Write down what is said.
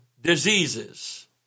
diseases